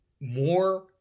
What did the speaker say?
more